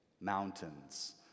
Mountains